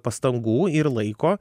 pastangų ir laiko